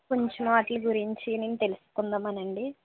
కొంచెం వాటి గురించి నేను తెలుసుకుందామనండి